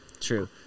true